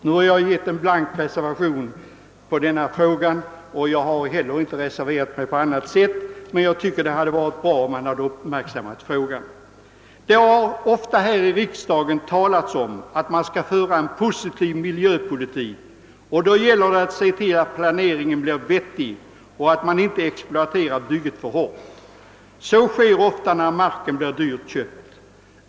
Nu har jag avgett en blank reservation i denna fråga men har inte velat reservera mig på annat sätt. Jag anser emellertid att det hade varit bra om frågan hade uppmärksammats mera. Det har här i riksdagen ofta talats om att man skall föra en positiv miljöpolitik. Då gäller det att se till att planeringen blir vettig och att man inte exploaterar marken för hårt. Så sker ofta när marken blir dyrt köpt.